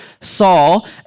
Saul